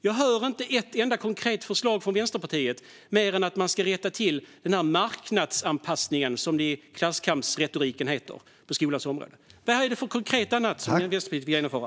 Jag hör inte ett enda konkret förslag från Vänsterpartiet mer än att man ska rätta till den här marknadsanpassningen på skolans område som det heter i klasskampsretoriken. Vad är det för annat konkret som Vänsterpartiet vill genomföra?